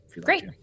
Great